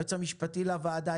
היועץ המשפטי לוועדה,